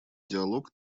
диалог